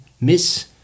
miss